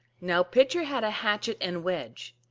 now pitcher had a hatchet and wedge,